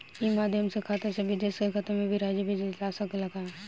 ई माध्यम से खाता से विदेश के खाता में भी राशि भेजल जा सकेला का?